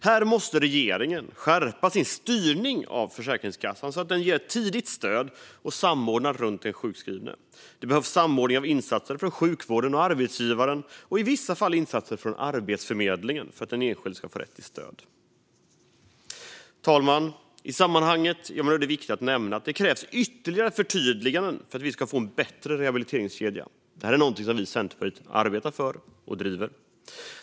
Här måste regeringen skärpa sin styrning av Försäkringskassan, så att man ger ett tidigt stöd och samordnar runt den sjukskrivne. Det behövs samordning av insatser från sjukvården och arbetsgivaren och i vissa fall insatser från Arbetsförmedlingen för att en enskild ska få rätt stöd. Herr talman! I sammanhanget är det viktigt att nämna att det krävs ytterligare förtydliganden för att vi ska få en bättre rehabiliteringskedja. Det är något som Centerpartiet arbetar för och driver.